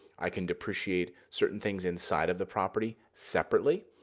i can depreciate certain things inside of the property separately.